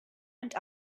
and